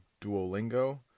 Duolingo